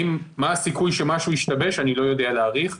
מה הסיכוי שמשהו ישתבש, אני לא יודע להעריך.